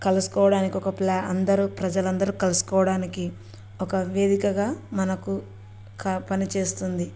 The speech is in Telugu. కలుసుకోవడానికి ఒక ప్ల అందరు ప్రజలందరు కలుసుకోవడానికి ఒక వేదికగా మనకు క పనిచేస్తుంది